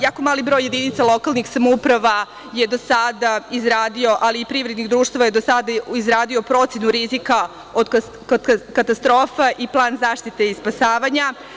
Jako mali broj jedinica lokalnih samouprava je do sada izradio, ali i privrednih društava, je do sada izradio procenu rizika od katastrofa i plan zaštite i spasavanja.